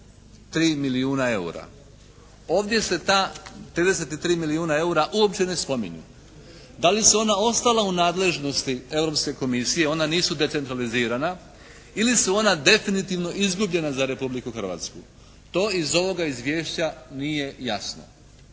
33 milijuna EUR-a? Ovdje se ta 33 milijuna EUR-a uopće ne spominju. Da li su ona ostala u nadležnosti Europske komisije, ona nisu decentralizirana? Ili su ona definitivno izgubljena za Republiku Hrvatsku? To iz ovoga izvješća nije jasno.